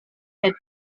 had